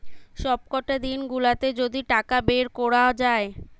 সবকটা দিন গুলাতে যদি টাকা বের কোরা যায়